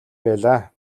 байлаа